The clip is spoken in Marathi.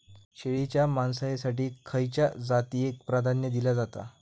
शेळीच्या मांसाएसाठी खयच्या जातीएक प्राधान्य दिला जाता?